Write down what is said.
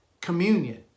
communion